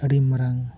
ᱟᱹᱰᱤ ᱢᱟᱨᱟᱝ